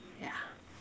yeah